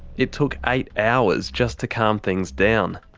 it took eight hours just to calm things down.